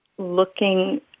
looking